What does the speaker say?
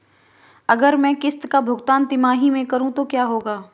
अगर मैं किश्त का भुगतान तिमाही में करूं तो क्या होगा?